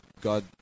God